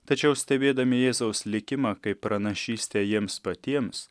tačiau stebėdami jėzaus likimą kaip pranašystę jiems patiems